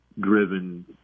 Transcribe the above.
driven